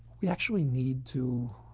we actually need to,